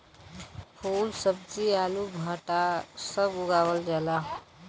फूल सब्जी आलू भंटा सब उगावल जाला